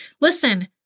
Listen